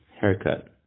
haircut